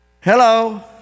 Hello